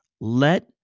Let